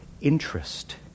interest